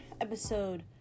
episode